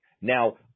Now